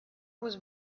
was